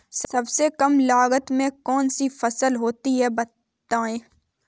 सबसे कम लागत में कौन सी फसल होती है बताएँ?